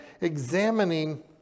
examining